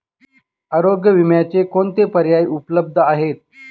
आरोग्य विम्याचे कोणते पर्याय उपलब्ध आहेत?